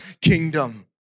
kingdom